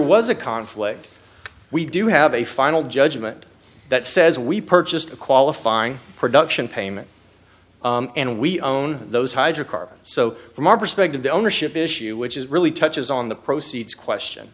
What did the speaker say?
was a conflict we do have a final judgment that says we purchased a qualifying production payment and we own those hydrocarbons so from our perspective the ownership issue which is really touches on the proceeds question